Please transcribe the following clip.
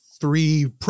three